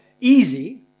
easy